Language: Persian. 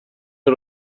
این